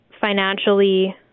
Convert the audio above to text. financially